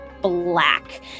black